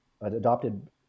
adopted